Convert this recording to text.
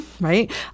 right